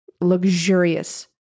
luxurious